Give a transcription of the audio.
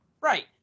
Right